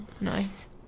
Nice